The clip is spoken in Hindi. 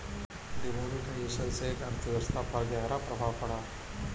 डिमोनेटाइजेशन से अर्थव्यवस्था पर ग़हरा प्रभाव पड़ा